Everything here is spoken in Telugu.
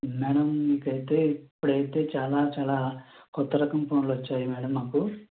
మేడం మీకైతే ఇప్పుడైతే చాలా చాలా కొత్త రకం ఫోన్లు వచ్చాయి మేడం మాకు